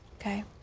Okay